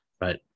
right